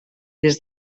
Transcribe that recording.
des